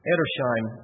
Edersheim